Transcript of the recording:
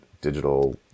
digital